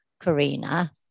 Karina